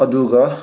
ꯑꯗꯨꯒ